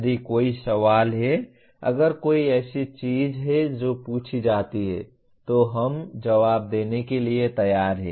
यदि कोई सवाल है अगर कोई ऐसी चीज है जो पूछी जाती है तो हम जवाब देने के लिए तैयार हैं